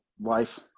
life